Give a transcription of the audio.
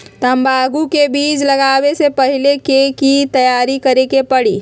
तंबाकू के बीज के लगाबे से पहिले के की तैयारी करे के परी?